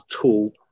tool